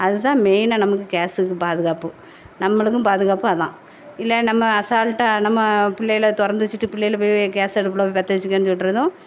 அதுதான் மெயினாக நமக்கு கேஸுக்கு பாதுகாப்பு நம்மளுக்கும் பாதுகாப்பு அதுதான் இல்லை நம்ம அசால்ட்டாக நம்ம பிள்ளையில திறந்து வச்சிட்டு பிள்ளையில போய் கேஸ் அடுப்பில் பத்த வச்சிக்கோன்னு சொல்கிறதும்